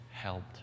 Helped